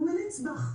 הוא מליץ בך.